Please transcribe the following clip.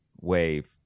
wave